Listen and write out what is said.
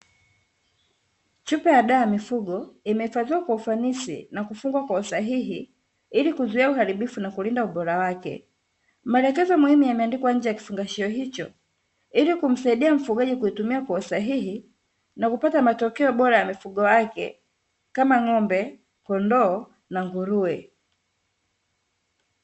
Chupa ya dawa ya mifugo imehifadhiwa kwa ufanisi na kufungwa kwa usahihi ili kuzuia uharibifu na kulinda ubora wake. Maelekezo muhimu yameandikwa nje ya kifungashio hicho, ili kumsaidia mfugaji kuitumia kwa usahihi na kupata matokeo bora ya mifugo yake kama ng’ombe, kondoo na nguruwe.